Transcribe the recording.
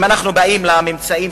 אם אנחנו באים לממצאים